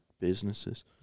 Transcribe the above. businesses